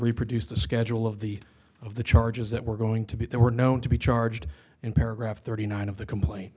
reproduce the schedule of the of the charges that were going to be there were known to be charged in paragraph thirty nine of the complaint